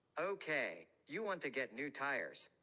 ok. you want to get new tires,